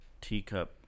teacup